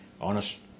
honest